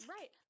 Right